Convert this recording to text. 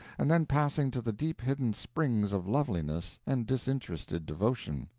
and then passing to the deep hidden springs of loveliness and disinterested devotion.